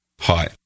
Hi